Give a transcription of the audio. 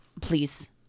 Please